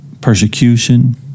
persecution